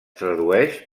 tradueix